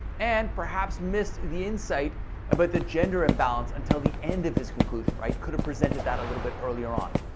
and perhaps missed the insight about the gender imbalance until the end of his conclusion, right? could have presented that a little bit earlier on.